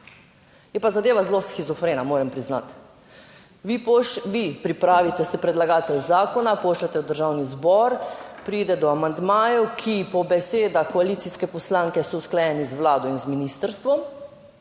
Je pa zadeva zelo shizofrena, moram priznati. Vi pripravite, ste predlagatelj zakona pošljete v Državni zbor, pride do amandmajev, ki po besedah koalicijske poslanke so usklajeni z Vlado in z ministrstvom,